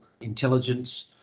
intelligence